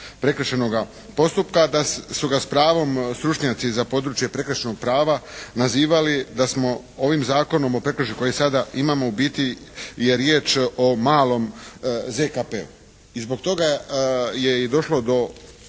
prekršajnoga postupka da su ga s pravom stručnjaci za područje prekršajnog prava nazivali da smo ovim Zakonom o prekršajima koji sada imamo u biti je riječ o malom ZKP-u. I zbog toga je i došlo do,